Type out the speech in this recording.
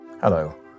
Hello